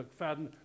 McFadden